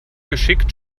geschickt